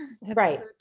Right